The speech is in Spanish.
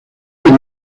día